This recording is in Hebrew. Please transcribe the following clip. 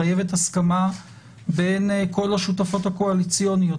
מחייבים הסכמה בין כל השותפות הקואליציוניות.